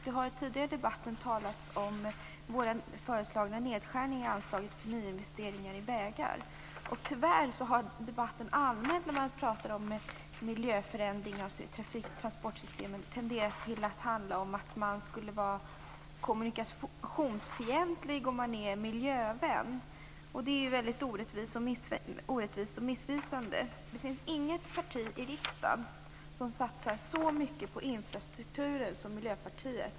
Det har tidigare i debatten talats om våra förslag till nedskärningar av anslaget till nyinvesteringar i vägar. Tyvärr har man allmänt i debatten om miljöförändringar i transportsystemen tenderat att mena att den som är miljövän skulle vara kommunikationsfientlig. Det är väldigt orättvist och missvisande. Det finns inget annat parti i riksdagen som satsar så mycket på infrastrukturer som Miljöpartiet.